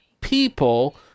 people